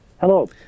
hello